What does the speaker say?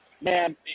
Man